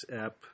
app